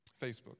Facebook